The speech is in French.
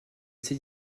assez